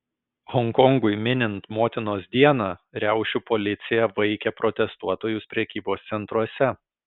honkongui minint motinos dieną riaušių policija vaikė protestuotojus prekybos centruose